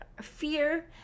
fear